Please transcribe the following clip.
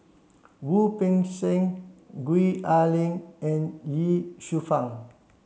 Wu Peng Seng Gwee Ah Leng and Ye Shufang